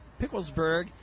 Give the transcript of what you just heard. Picklesburg